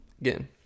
again